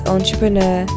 Entrepreneur